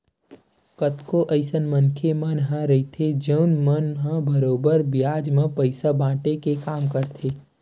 कतको अइसन मनखे मन ह रहिथे जउन मन ह बरोबर बियाज म पइसा बाटे के काम करथे